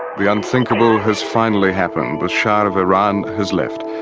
the unthinkable has finally happened, the shire of iran has left.